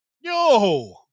Yo